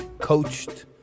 coached